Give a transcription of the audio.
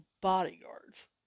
bodyguards